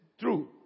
true